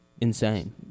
insane